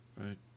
Right